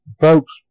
Folks